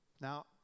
Now